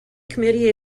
committee